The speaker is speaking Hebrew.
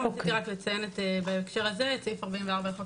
רציתי רק לציין בהקשר הזה את סעיף 44 לחוק